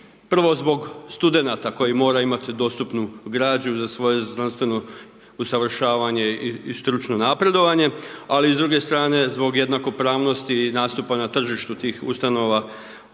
Prvo zbog studenata koji moraju imati dostupnu građu za svoje znanstveno usavršavanje i stručno napredovanje, ali s druge strane, zbog jednakopravnosti nastupa na tržištu tih ustanova